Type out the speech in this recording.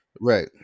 right